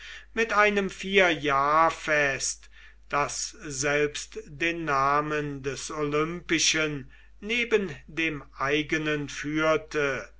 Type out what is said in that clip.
mit einem vierjahrfest das selbst den namen des olympischen neben dem eigenen führte